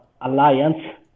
alliance